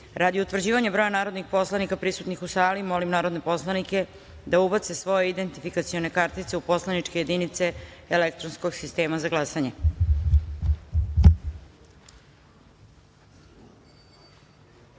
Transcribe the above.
utvrđivanja broja narodnih poslanika prisutnih u sali molim narodne poslanike da ubace svoje identifikacione kartice u poslaničke jedinice elektronskog sistema za